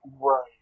Right